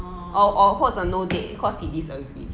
orh